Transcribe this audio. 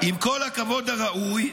"עם כל הכבוד הראוי,